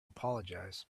apologize